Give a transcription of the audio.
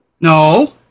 No